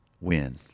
win